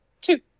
two